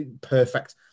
perfect